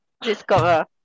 Discover